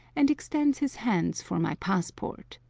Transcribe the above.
and extends his hands for my passport.